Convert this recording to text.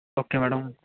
okay madam